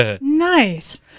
Nice